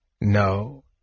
No